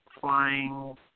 flying